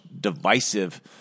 divisive